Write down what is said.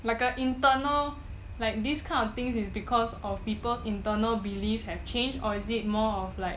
like an internal like this kind of things is because of people's internal belief have changed or is it more of like